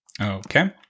Okay